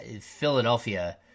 Philadelphia